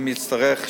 אם יצטרך,